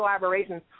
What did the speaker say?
collaborations